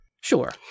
Sure